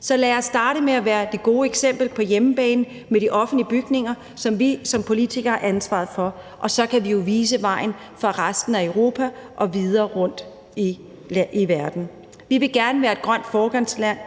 Så lad os starte med at være det gode eksempel på hjemmebane med de offentlige bygninger, som vi som politikere har ansvaret for, og så kan vi jo vise vejen for resten af Europa og videre rundt i verden. Vi vil gerne være et grønt foregangsland,